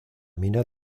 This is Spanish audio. mina